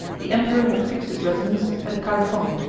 the emperor had fixed his residence at kaifong,